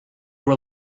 were